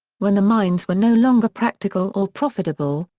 when the mines were no longer practical or profitable,